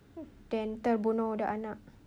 then terbunuh the anak